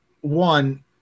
one